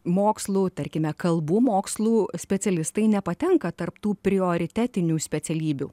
mokslų tarkime kalbų mokslų specialistai nepatenka tarp tų prioritetinių specialybių